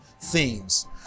themes